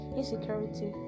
insecurity